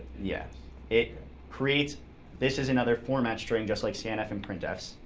yes. it creates this is another format string, just like scanf and printf,